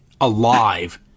alive